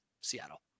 Seattle